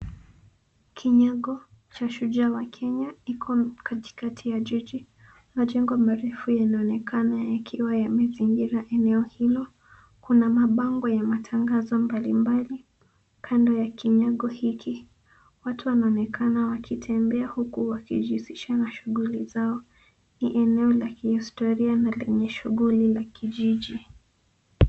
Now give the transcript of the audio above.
Kinyago cha shujaa wa Kenya iko katikati ya jiji majengo marefu yanaonekana yakiwa yamezingira eneo hilo kuna mabango ya matangazo mbalimbali ,kando ya kinyago hiki watu wanaonekana wakitembea huku wakijihusisha na shughuli zao ni eneo la kihistoria na lenye shughuli la kijiji .